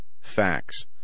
facts